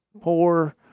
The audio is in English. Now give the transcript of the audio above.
poor